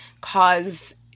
cause